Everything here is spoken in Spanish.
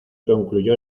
concluyó